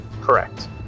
correct